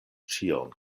ĉion